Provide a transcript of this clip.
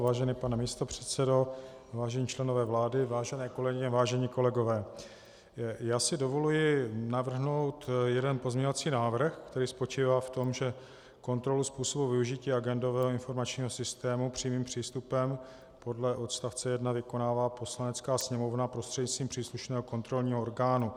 Vážený pane místopředsedo, vážení členové vlády, vážené kolegyně, vážení kolegové, já si dovoluji navrhnout jeden pozměňovací návrh, který spočívá v tom, že kontrolu způsobu využití agendového informačního systému přímým přístupem podle odstavce 1 vykonává Poslanecká sněmovna prostřednictvím příslušného kontrolního orgánu.